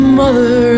mother